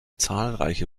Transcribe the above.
zahlreiche